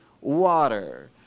water